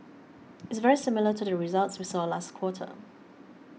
it's very similar to the results we saw last quarter